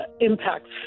impacts